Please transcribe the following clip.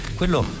quello